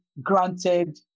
granted